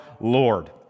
Lord